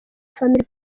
family